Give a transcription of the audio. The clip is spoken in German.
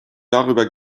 darüber